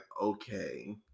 okay